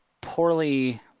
poorly